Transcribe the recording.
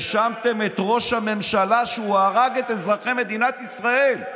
האשמתם את ראש הממשלה שהוא הרג את אזרחי מדינת ישראל.